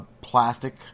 plastic